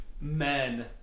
men